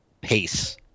pace